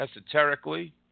esoterically